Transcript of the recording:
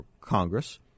Congress